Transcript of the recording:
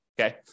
Okay